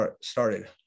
started